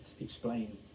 explain